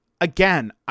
again